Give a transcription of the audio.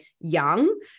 young